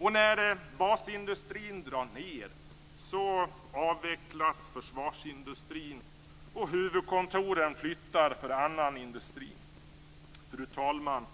När basindustrin drar ned avvecklas försvarsindustrin och huvudkontoren flyttar för annan industri. Fru talman!